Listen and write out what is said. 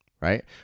right